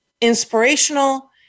inspirational